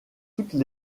toutes